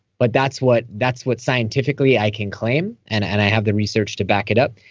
but that's what that's what scientifically i can claim, and and i have the research to back it up.